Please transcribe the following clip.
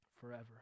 forever